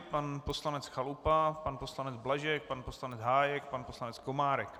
Pan poslanec Chalupa, pan poslanec Blažek, pan poslanec Hájek, pan poslanec Komárek.